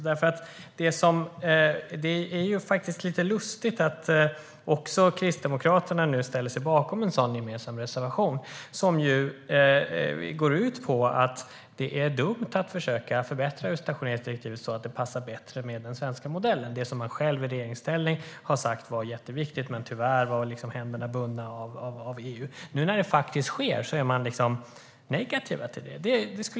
Det är lite lustigt att även Kristdemokraterna nu ställer sig bakom en gemensam reservation som går ut på att det är dumt att försöka förbättra utstationeringsdirektivet så att det passar bättre ihop med den svenska modellen. När man själv var i regeringsställning sa man att detta var jätteviktigt men att ens händer tyvärr var bundna av EU. Nu när det faktiskt sker är man negativ till det.